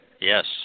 Yes